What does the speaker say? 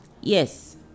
Yes